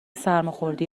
سرماخوردی